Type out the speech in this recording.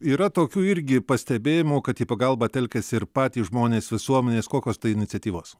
yra tokių irgi pastebėjimų kad į pagalbą telkiasi ir patys žmonės visuomenės kokios tai iniciatyvos